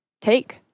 take